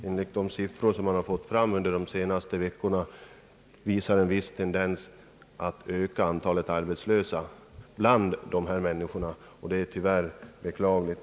Enligt de siffror som redovisats för de senaste veckorna ökar antalet arbetslösa bland dessa människor, och det är beklagligt.